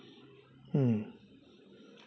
mm